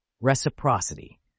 Reciprocity